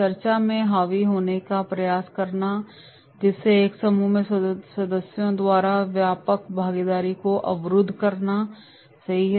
चर्चा में हावी होने का प्रयास करना जिससे एक समूह के सदस्यों द्वारा व्यापक भागीदारी को अवरुद्ध करना सही है